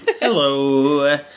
Hello